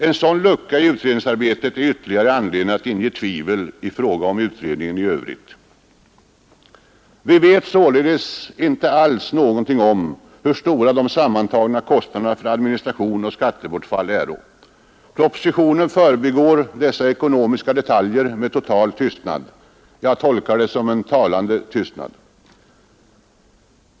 En dylik lucka i utredningsarbetet är ägnad att inge ytterligare tvivel i fråga om resultatet i Övrigt. Vi vet således inte alls något om hur stora de sammantagna kostnaderna för administration och skattebortfall är. Propositionen förbigår dessa ekonomiska detaljer med total tystnad. Jag tolkar det som en talande tystnad.